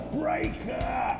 breaker